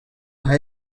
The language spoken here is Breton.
dra